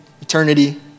eternity